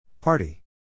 Party